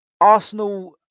Arsenal